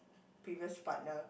previous partner